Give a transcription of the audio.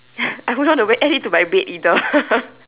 I wouldn't want it add it to my bed either